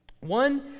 One